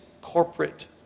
corporate